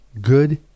good